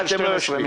ואתם לא יושבים.